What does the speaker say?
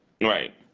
Right